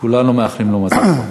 כולנו מאחלים לו מזל טוב.